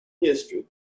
history